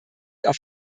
auf